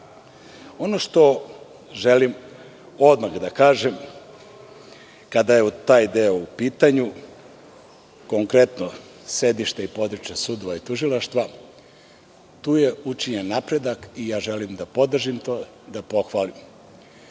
što želim odmah da kažem kada je taj deo u pitanju, konkretno sedište i područja sudova i tužilaštava, tu je učinjen napredak i želim da podržim i pohvalim